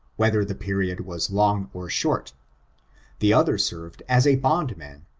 whether the period was long or short the other served as a bondman,